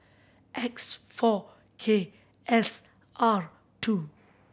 X four K S R two